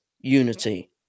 unity